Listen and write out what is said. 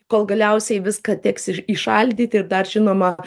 kol galiausiai viską teks iš įšaldyt ir dar žinoma